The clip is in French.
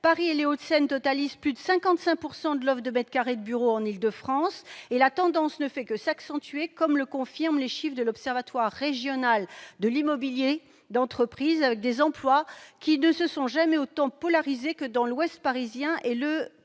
Paris et les Hauts-de-Seine totalisent plus de 55 % de l'offre de mètres carrés de bureaux en Île-de-France. La tendance ne fait d'ailleurs que s'accentuer, comme le confirment les chiffres de l'Observatoire régional de l'immobilier d'entreprise, avec des emplois qui ne se sont jamais autant polarisés que dans ces zones.